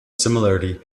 similarity